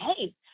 hey